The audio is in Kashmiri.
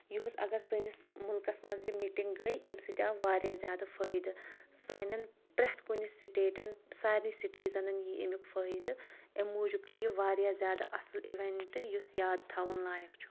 یِہُس اگر سٲنِس مُلکس منٛز یہِ میٹنٛگ گٔے امہِ سۭتۍ آو واریاہ زیادٕ فٲیِدٕ سانٮ۪ن پرٛٮ۪تھ کُنہِ سٹیٹن سارنے سٹیٖزنن یی امیُک فٲہِدٕ امہِ موٗجوٗب چھِ یہِ واریاہ زیادٕ اصل اِوینٹ یُس یاد تھاوُن لایق چھُ